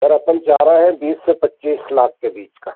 sir अपन चाह रहे हैं बीस से पच्चीस लाख के बीच का